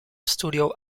studio